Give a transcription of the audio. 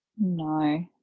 No